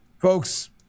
Folks